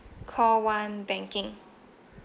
call one banking